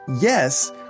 yes